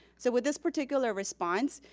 so with this particular response,